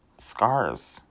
scars